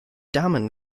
damen